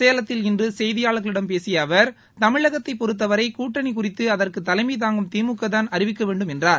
சேலத்தில் இன்று செய்தியாளர்களிடம் பேசிய அவர் தமிழகத்தைப் பொறுத்தவரை கூட்டணி குறித்து அதற்கு தலைமை தாங்கும் திமுக தான் அறிவிக்க வேண்டும் என்றார்